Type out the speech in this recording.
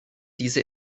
diese